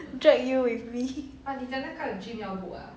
drag you with me